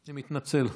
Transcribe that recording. אני מתנצל.